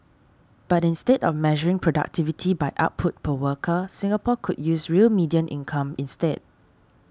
but instead of measuring productivity by output per worker Singapore could use real median income instead